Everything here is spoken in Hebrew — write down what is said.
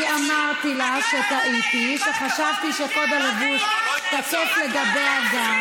אני אמרתי לה שטעיתי שחשבתי שקוד הלבוש תופס גם לגביה.